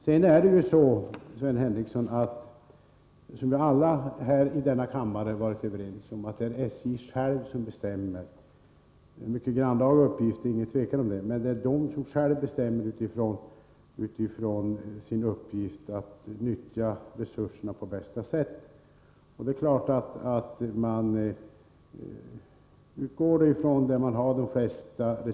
Som Sven Henricsson vet har alla i den här kammaren kommit överens om att SJ själv bestämmer hur man på bästa sätt skall utnyttja befintliga resurser. Det råder inget tvivel om att det är en mycket grannlaga uppgift.